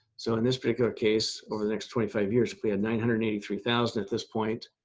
so in this particular case, over the next twenty five years, we had nine hundred and eighty three thousand at this point,